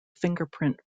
fingerprint